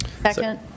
Second